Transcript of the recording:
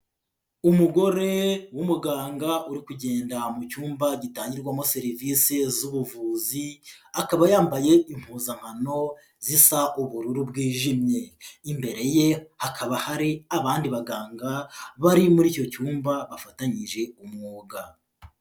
Umugore w'umuganga uri kugenda mu cyumba gitangirwamo serivisi z'ubuvuzi, akaba yambaye impuzankano zisa ubururu bwijimye, imbere ye hakaba hari abandi baganga bari muri icyo cyumba bafatanyije umwuga.